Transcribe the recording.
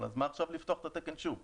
אז למה עכשיו לפתוח את התקן שוב?